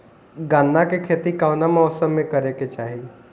गन्ना के खेती कौना मौसम में करेके चाही?